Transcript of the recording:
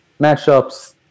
matchups